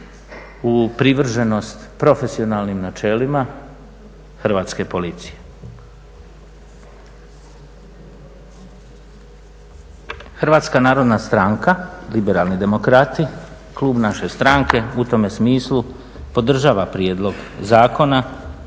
u privrženost profesionalnim načelima Hrvatske policije. HNS-Liberalni demokrati, klub naše stranke u tome smislu podržava prijedlog zakona